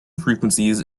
frequencies